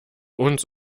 uns